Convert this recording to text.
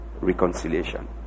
reconciliation